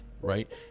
right